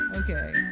Okay